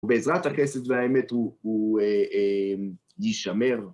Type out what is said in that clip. בעזרת הכסף, והאמת הוא יישמר.